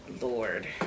Lord